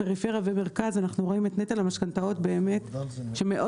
פריפריה ומרכז אנחנו רואים את נטל המשכנתאות באמת שמאוד